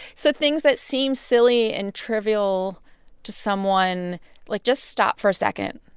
so things that seem silly and trivial to someone like, just stop for a second.